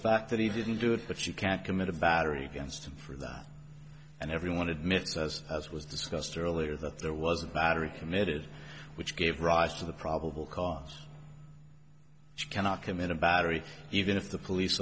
fact that he didn't do it but you can't commit a battery against that and everyone admits as was discussed earlier that there was a battery committed which gave rise to the probable cause cannot commit a battery even if the police